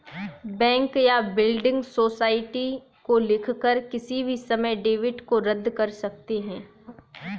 bank या building society को लिखकर किसी भी समय डेबिट को रद्द कर सकते हैं